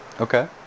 Okay